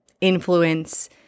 influence